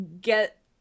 get